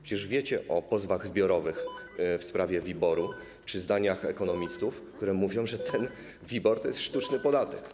Przecież wiecie o pozwach zbiorowych w sprawie WIBOR-u czy zdaniach ekonomistów, którzy mówią, że WIBOR to jest sztuczny podatek.